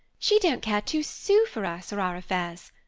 she don't care two sous for us or our affairs.